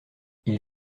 ils